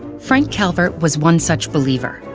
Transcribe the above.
frank calvert was one such believer.